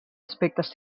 aspectes